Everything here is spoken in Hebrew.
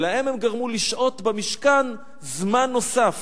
ולהן הם גרמו לשהות במשכן זמן נוסף.